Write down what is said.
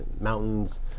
mountains